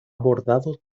bordado